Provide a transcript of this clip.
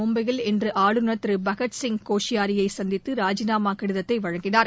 மும்பையில் இன்று ஆளுநர் திரு பகத்சிங் கோஷியாரியை சந்தித்து ராஜினாமா கடிதத்தை அளித்தார்